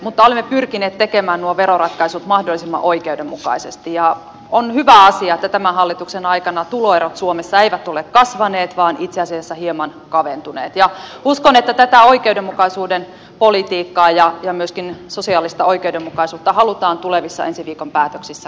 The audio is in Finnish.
mutta olemme pyrkineet tekemään nuo veroratkaisut mahdollisimman oikeudenmukaisesti ja on hyvä asia että tämän hallituksen aikana tuloerot suomessa eivät ole kasvaneet vaan itse asiassa hieman kaventuneet ja uskon että tätä oikeudenmukaisuuden politiikkaa ja myöskin sosiaalista oikeudenmukaisuutta halutaan tulevissa ensi viikon päätöksissä kunnioittaa